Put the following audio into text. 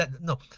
No